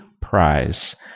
prize